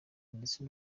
ndetse